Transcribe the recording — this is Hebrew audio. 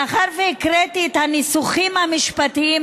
מאחר שהקראתי את הניסוחים המשפטיים,